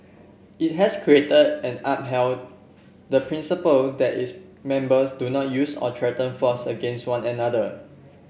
it has created and upheld the principle that its members do not use or threaten force against one another